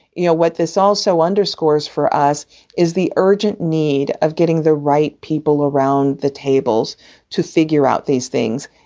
you know, what this also underscores for us is the urgent need of getting the right people around the tables to figure out these things.